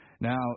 Now